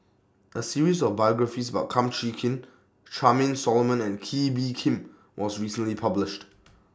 A series of biographies about Kum Chee Kin Charmaine Solomon and Kee Bee Khim was recently published